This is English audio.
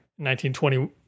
1920